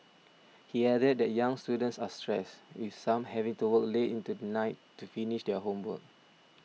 he added that young students are stressed with some having to work late into the night to finish their homework